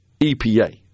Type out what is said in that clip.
EPA